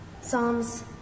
Psalms